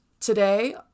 Today